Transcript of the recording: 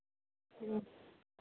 ह्म्म